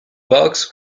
box